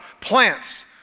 plants